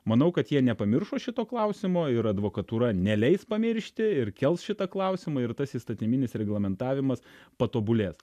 manau kad jie nepamiršo šito klausimo ir advokatūra neleis pamiršti ir kels šitą klausimą ir tas įstatyminis reglamentavimas patobulės